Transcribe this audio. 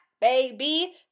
baby